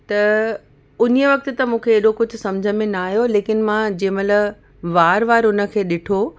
त उनीअ वक़्त त मूंखे एॾो कुझु सम्झ में न आहियो लेकिन मां जंहिं महिल वार वार उन खे ॾिठो